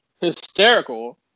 hysterical